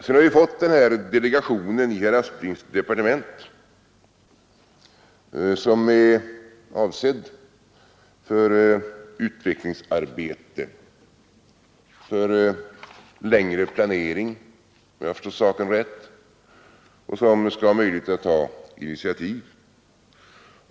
Sedan har vi i herr Asplings departement fått den här delegationen som är avsedd för utvecklingsarbete, för längre planering, om jag förstår saken rätt, och som skall ha möjlighet att ta initiativ.